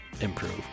improve